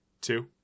Two